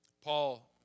Paul